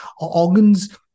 organs